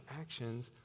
actions